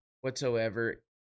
whatsoever